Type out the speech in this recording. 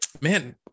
man